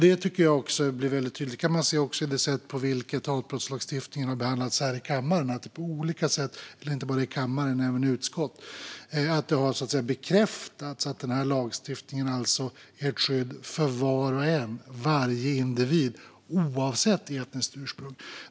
Detta kan man också se i det sätt på vilket hatbrottslagstiftningen har behandlats inte bara här i kammaren utan även i utskottet: Det har så att säga bekräftats att lagstiftningen alltså är ett skydd för var och en - varje individ - oavsett etniskt ursprung.